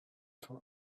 for